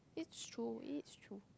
it's true it's true